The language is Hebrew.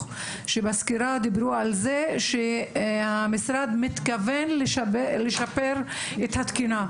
שבסקירה דיברו על זה שהמשרד מתכוון לשפר את התקינה.